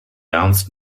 ernst